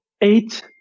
eight